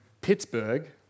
Pittsburgh